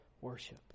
worship